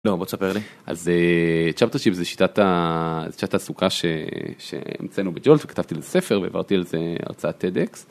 לא, בוא תספר לי. אז Chapter Sheets זה שיטת עסוקה שמצאנו בג'ולף, כתבתי על זה ספר והעברתי על זה הרצאת TEDx.